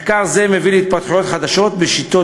מחקר זה מביא להתפתחויות חדשות בשיטות